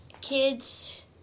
kids